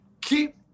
Keep